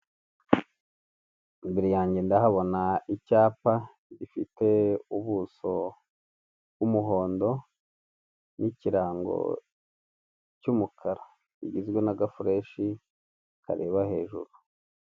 Imbere yange ndahabona icyapa gifite ubuso bw'umuhondo n'ikirango cy'umukara. Kigizwe n'agafureshi kareba hejuru.